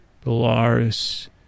Polaris